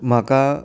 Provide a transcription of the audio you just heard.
म्हाका